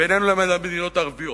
בינינו לבין המדינות הערביות.